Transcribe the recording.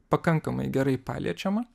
pakankamai gerai paliečiama